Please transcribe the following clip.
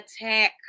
attack